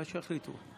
מה שיחליטו.